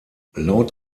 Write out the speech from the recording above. laut